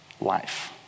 life